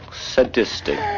sadistic